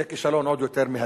זה כישלון עוד יותר מהדהד.